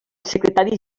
secretari